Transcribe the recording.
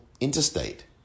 interstate